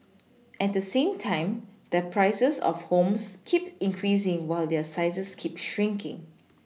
at the same time the prices of homes keep increasing while their sizes keep shrinking